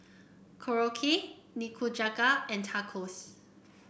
Korokke Nikujaga and Tacos